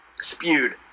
spewed